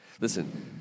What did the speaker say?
listen